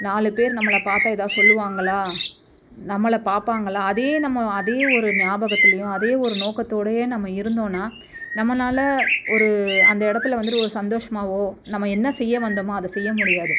நாலு பேர் நம்மளை பார்த்தா ஏதாவது சொல்லுவாங்களாே நம்மளை பார்ப்பாங்களா அதே நம்ம அதே ஒரு ஞாபகத்துலேயும் அதே ஒரு நோக்கத்தோடேயே நம்ம இருந்தோன்னால் நம்மனால் ஒரு அந்த இடத்துல வந்துட்டு ஒரு சந்தோஷமாகவோ நம்ம என்ன செய்ய வந்தோமோ அதை செய்ய முடியாது